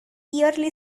yearly